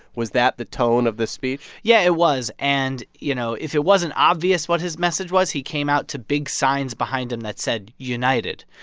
was that the tone of this speech? yeah. it was. and, you know, if it wasn't obvious what his message was, he came out to big signs behind him that said united.